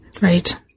Right